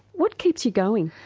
what keeps you going?